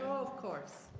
oh, of course.